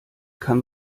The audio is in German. kann